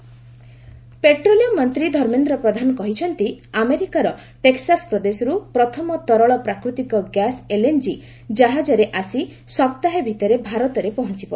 Marmendra Pradhan petroleum ମନ୍ତ୍ରୀ ଧର୍ମେନ୍ଦ୍ର ପ୍ରଧାନ କହିଛନ୍ତି ଆମେରିକାର ଟେକ୍ସାସ୍ ପ୍ରଦେଶରୁ ପ୍ରଥମ ତରଳ ପ୍ରାକୃତିକ ଗ୍ୟାସ୍ ଏଲ୍ଏନ୍କି ଜାହାଜରେ ଆସି ସପ୍ତାହେ ଭିତରେ ଭାରତରେ ପହଞ୍ଚବ